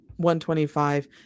125